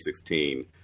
2016